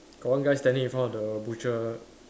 got one guy standing in front of the butcher